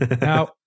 Now